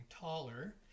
taller